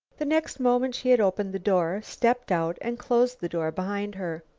the next moment she had opened the door, stepped out and closed the door behind her.